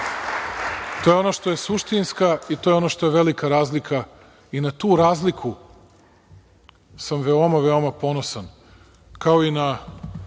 To je ono što je suštinska razlika. To je ono što je velika razlika i na tu razliku sam veoma, veoma ponosan, kao i na